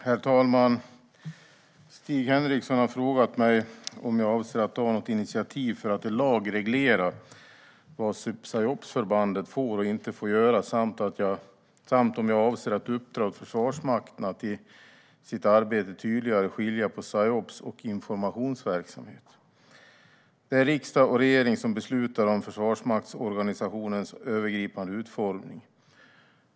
Herr talman! Stig Henriksson har frågat mig om jag avser att ta något initiativ för att i lag reglera vad psyopsförbandet får och inte får göra samt om jag avser att uppdra åt Försvarsmakten att i sitt arbete tydligare skilja på psyops och informationsverksamhet. Det är riksdag och regering som beslutar om Försvarsmaktsorganisationens övergripande utformning.